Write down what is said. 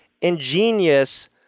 ingenious